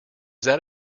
that